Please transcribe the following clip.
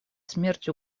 смерть